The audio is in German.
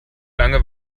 lange